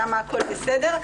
שם הכול בסדר,